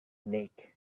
snake